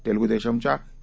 तेलगू देशमच्या के